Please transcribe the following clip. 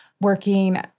working